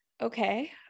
Okay